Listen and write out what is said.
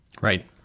Right